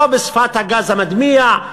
לא בשפת הגז המדמיע.